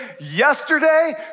yesterday